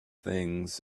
things